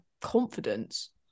confidence